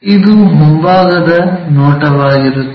ಇದು ಮುಂಭಾಗದ ನೋಟವಾಗಿರುತ್ತದೆ